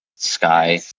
sky